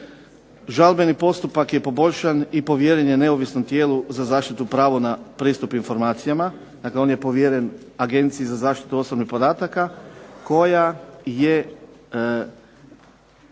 Žalbeni postupak je poboljšan i povjeren je tijelu za zaštitu prava na pristup informacijama. Dakle, on je povjeren Agenciji za zaštitu osobnih podataka koja je